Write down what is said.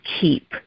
keep